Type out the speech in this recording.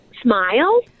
Smile